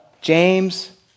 James